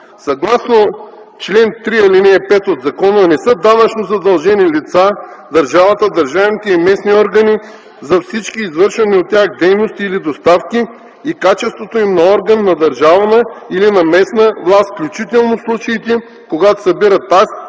Съгласно чл. 3, ал. 5 от закона не са данъчно задължени лица държавата, държавните и местни органи за всички извършвани от тях дейности или доставки и качеството им на орган на държавна или на местна власт, включително в случаите, когато събират такси,